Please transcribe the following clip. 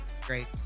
great